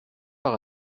par